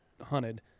hunted